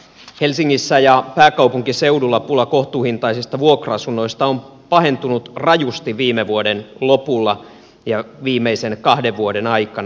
helsingissä ja pääkaupunkiseudulla pula kohtuuhintaisista vuokra asunnoista on pahentunut rajusti viime vuoden lopulla ja viimeisen kahden vuoden aikana